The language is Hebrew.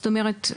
זאת אומרת,